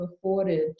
afforded